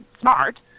smart